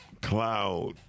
cloud